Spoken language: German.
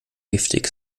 giftig